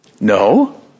No